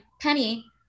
Penny